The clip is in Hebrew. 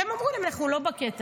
והם אמרו להם: אנחנו לא בקטע.